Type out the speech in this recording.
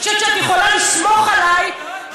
אני חושבת שאת יכולה לסמוך עליי,